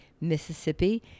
Mississippi